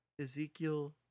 Ezekiel